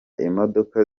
imodoka